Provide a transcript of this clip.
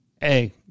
Hey